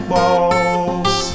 Balls